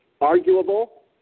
arguable